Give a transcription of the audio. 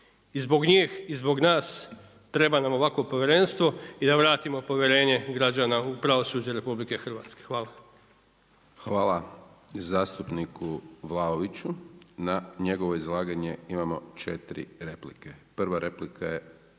I zbog njih i zbog nas, treba nam ovakvo povjerenstvo i da vratimo povjerenje građana u pravosuđe RH. Hvala. **Hajdaš Dončić, Siniša (SDP)** Hvala zastupniku Vlaoviću. Na njegovo izlaganje imamo 4 replike. Prva replika je